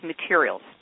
materials